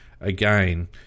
again